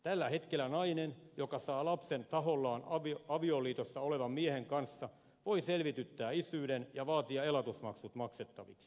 tällä hetkellä nainen joka saa lapsen tahollaan avioliitossa olevan miehen kanssa voi selvityttää isyyden ja vaatia elatusmaksut maksettaviksi